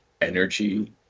energy